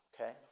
Okay